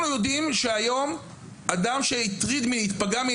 אנחנו יודעים היום שאדם שפגע מינית,